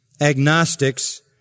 agnostics